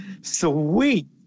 Sweet